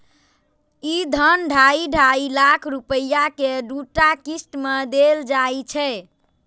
ई धन ढाइ ढाइ लाख रुपैया के दूटा किस्त मे देल जाइ छै